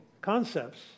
concepts